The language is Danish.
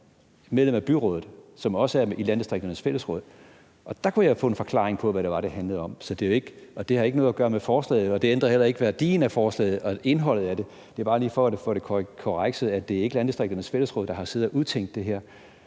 medlem af byrådet, som også er i Landdistrikternes Fællesråd. Det gjorde jeg så, og der kunne jeg få en forklaring på, hvad det var, det handlede om. Det har ikke noget at gøre med forslaget, og det ændrer heller ikke på værdien af forslaget eller på indholdet af det. Det er bare lige for at få det gjort klart, at det ikke er Landdistrikternes Fællesråd, der har siddet og udtænkt det her.